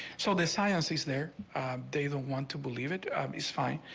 so the science is there a day the want to believe it um is fine.